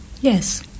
yes